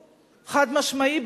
חד-משמעי,